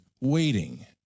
waiting